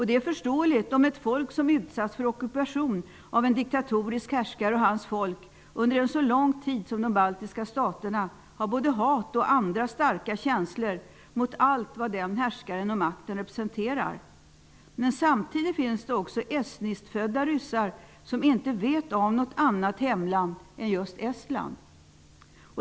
Det är förståeligt om folk som utsatts för ockupation av en diktatorisk härskare och hans folk under en så lång tid som folken i de baltiska staterna har både hat och andra starka känslor mot allt vad den härskaren och makten representerar. Men samtidigt finns det också Estlandsfödda ryssar som inte vet av något annat hemland än just Estland.